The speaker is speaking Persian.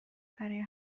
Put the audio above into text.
برای